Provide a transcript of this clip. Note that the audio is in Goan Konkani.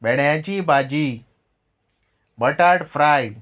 भेण्याची भाजी बटाट फ्राय